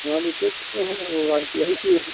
हाँ लेकिन लड़की यही की